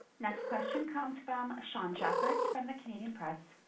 next question comes from sean sheppard from the canadian press.